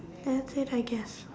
take tiger